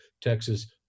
Texas